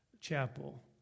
chapel